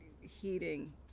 heating